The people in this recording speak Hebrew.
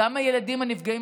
גם הילדים הנפגעים,